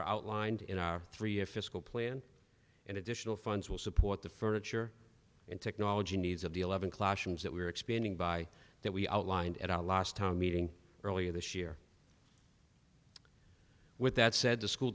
are outlined in our three year fiscal plan and additional funds will support the furniture and technology needs of the eleven classrooms that we are expanding by that we outlined at our last town meeting earlier this year with that said the school